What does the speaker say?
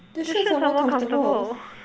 the shirts are more comfortable